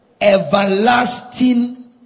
everlasting